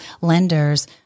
lenders